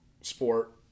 sport